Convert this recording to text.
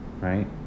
right